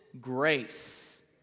grace